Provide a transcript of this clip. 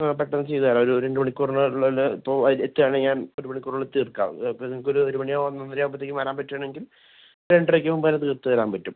ആ പെട്ടെന്ന് ചെയ്ത് തരാം ഒരു രണ്ട് മണിക്കൂറിനുള്ളിൽ എത്തുകയാണെങ്കിൽ ഞാൻ ഒരു മണിക്കൂറിനുള്ളിൽ തീർക്കാം അപ്പം നിങ്ങൾക്ക് ഒരു ഒരു മണിയാകുമ്പോൾ ഒന്ന് ഒന്നരയാകുമ്പോൾ വരാൻ പറ്റുകയാണെങ്കിൽ രണ്ടരയ്ക്ക് മുൻപായിട്ട് തീർത്ത് തരാൻ പറ്റും